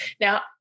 now